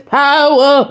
power